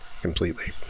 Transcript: Completely